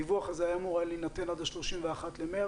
הדיווח הזה אמור היה להינתן עד ה-31 במרס.